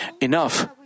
enough